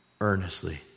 earnestly